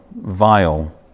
vile